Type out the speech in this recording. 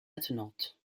attenante